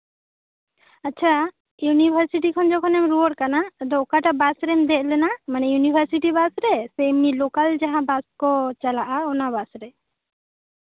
ᱟᱪᱪᱷᱟ ᱤᱭᱩᱱᱤᱵᱷᱟᱨᱥᱤᱴᱤ ᱠᱷᱚᱱ ᱡᱚᱠᱷᱚᱱᱮᱢ ᱨᱩᱣᱟᱹᱲ ᱠᱟᱱᱟ ᱟᱫᱚ ᱚᱠᱟᱴᱟᱜ ᱵᱟᱥᱨᱮᱢ ᱫᱮᱡ ᱞᱮᱱᱟ ᱢᱟᱱᱮ ᱤᱭᱩᱱᱤᱵᱷᱟᱨᱥᱤᱴᱤ ᱵᱟᱥᱨᱮ ᱥᱮ ᱮᱢᱱᱤ ᱞᱳᱠᱟᱞ ᱡᱟᱦᱟ ᱵᱟᱥ ᱠᱚ ᱪᱟᱞᱟᱜᱼᱟ ᱚᱱᱟ ᱵᱟᱥ ᱨᱮ